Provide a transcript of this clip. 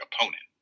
opponent